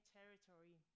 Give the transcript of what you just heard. territory